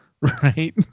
right